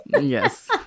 Yes